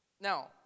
Now